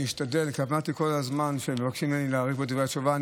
אני אשתדל כי אמרתי כל הזמן שמבקשים ממני להאריך בדברי התשובה,